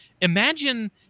Imagine